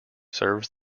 serves